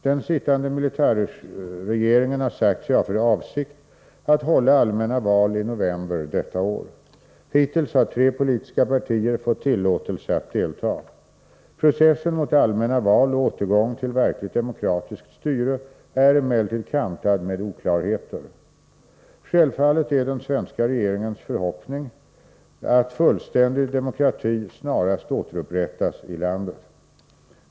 Den sittande militärregeringen har sagt sig ha för avsikt att hålla allmänna val i november detta år. Hittills har tre politiska partier fått tillåtelse att deltaga. Processen mot allmänna val och återgång till verkligt demokratiskt styre är emellertid kantad med oklarheter. Självfallet är den svenska regeringens förhoppning att fullständig demokrati snarast återupprättas i landet.